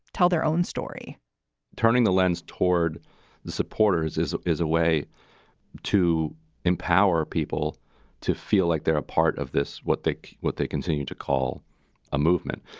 tell their own story turning the lens toward the supporters is is a way to empower people to feel like they're a part of this. what they do, what they continue to call a movement.